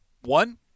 One